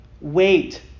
wait